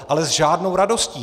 Ale s žádnou radostí.